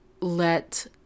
let